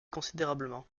considérablement